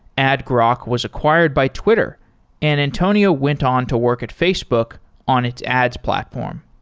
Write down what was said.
adgrok was acquired by twitter and antonio went on to work at facebook on its ads platform.